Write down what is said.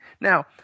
Now